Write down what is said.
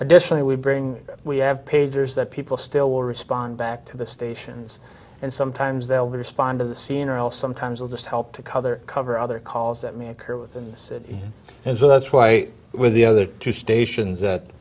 additionally we bring we have pagers that people still will respond back to the stations and sometimes they'll respond to the scene or else sometimes they'll just help to cover cover other calls that may occur within the city and so that's why with the other two stations that